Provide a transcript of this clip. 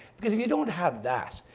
because if you don't have that,